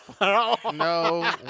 No